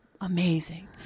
Amazing